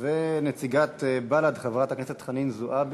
נציגת בל"ד, חברת הכנסת חנין זועבי,